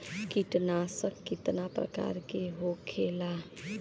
कीटनाशक कितना प्रकार के होखेला?